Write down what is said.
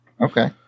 Okay